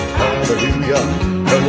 hallelujah